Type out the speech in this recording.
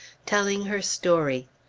telling her story.